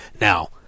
Now